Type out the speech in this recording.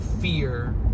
fear